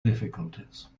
difficulties